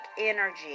energy